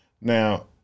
Now